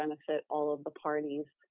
benefit all of the parties